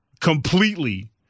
completely